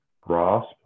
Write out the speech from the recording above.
grasp